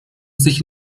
sich